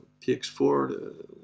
px4